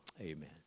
amen